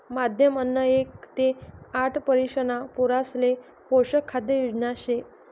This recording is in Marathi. माध्यम अन्न एक ते आठ वरिषणा पोरासले पोषक खाद्य योजना शे